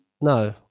no